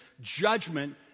judgment